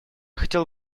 хотел